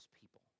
people